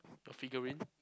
the figurine